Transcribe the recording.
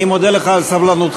אני מודה לך על סבלנותך,